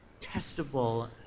testable